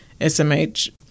SMH